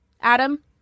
Adam